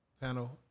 panel